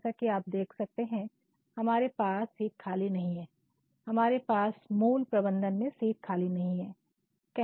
जैसा कि आप देख सकते हैं " हमारे पास सीट खाली नहीं है" आप देखते हैं " हमारे पास मूल प्रबंधन में सीट खाली नहीं है"